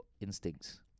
instincts